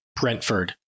Brentford